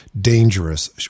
dangerous